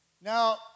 Now